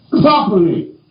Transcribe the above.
properly